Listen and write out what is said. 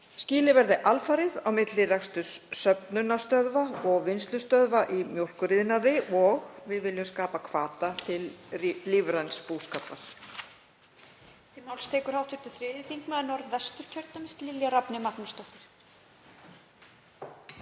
Skilið verði alfarið á milli reksturs söfnunarstöðva og vinnslustöðva í mjólkuriðnaði og við viljum skapa hvata til lífræns búskapar.